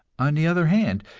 on the other hand,